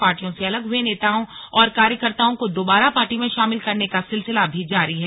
पार्टियों से अलग हए नेताओं और कार्यकर्ताओं को दोबारा पार्टी में शामिल करने का सिलसिला भी जारी है